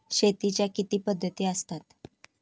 शेतीच्या किती पद्धती असतात?